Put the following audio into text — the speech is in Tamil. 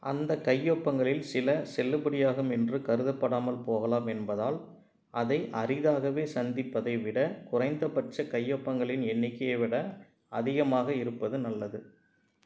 அந்த கையொப்பங்களில் சில செல்லுபடியாகும் என்று கருதப்படாமல் போகலாம் என்பதால் அதை அரிதாகவே சந்திப்பதை விட குறைந்தபட்ச கையொப்பங்களின் எண்ணிக்கையை விட அதிகமாக இருப்பது நல்லது